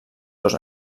dos